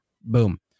Boom